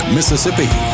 Mississippi